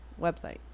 website